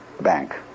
bank